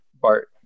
Bart